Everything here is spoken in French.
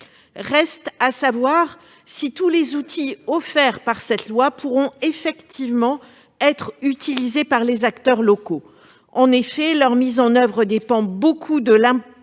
Reste à savoir si tous les outils offerts par cette loi pourront effectivement être utilisés par les acteurs locaux. En effet, leur mise en oeuvre dépend beaucoup de l'importance